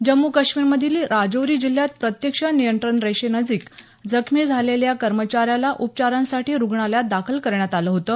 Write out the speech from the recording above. जम्मू काश्मीरमधील राजौरी जिल्ह्यात प्रत्यक्ष नियंत्रण रेषेनजिक जखमी झालेल्या या कर्मचाऱ्याला उपचारांसाठी रुग्णालयात दाखल करण्यात आलं होतं